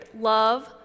Love